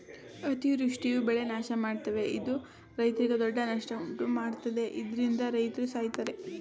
ಅತಿವೃಷ್ಟಿಯು ಬೆಳೆ ನಾಶಮಾಡ್ತವೆ ಇದು ರೈತ್ರಿಗೆ ದೊಡ್ಡ ನಷ್ಟ ಉಂಟುಮಾಡ್ತದೆ ಇದ್ರಿಂದ ರೈತ್ರು ಸಾಯ್ತರೆ